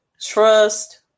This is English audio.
trust